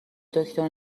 دکتر